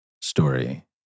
story